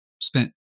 spent